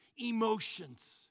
emotions